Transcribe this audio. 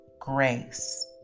grace